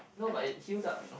no but it's heal up you know